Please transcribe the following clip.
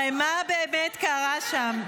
הרי מה באמת קרה שם?